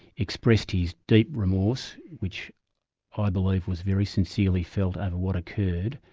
expressed his deep remorse, which ah i believe was very sincerely felt over what occurred,